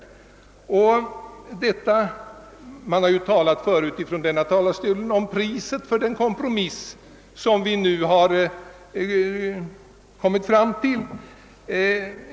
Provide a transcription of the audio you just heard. Det har tidigare från denna talarstol talats om priset för den kompromiss vi nu' kommit fram till.